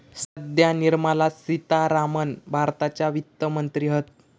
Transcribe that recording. सध्या निर्मला सीतारामण भारताच्या वित्त मंत्री हत